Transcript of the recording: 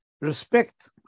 respect